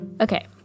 okay